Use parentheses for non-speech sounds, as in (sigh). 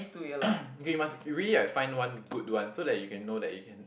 (coughs) okay you must really like find one good one so that you can know that you can